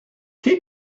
keep